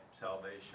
salvation